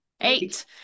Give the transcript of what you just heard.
Eight